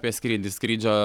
prieš skrydį skrydžio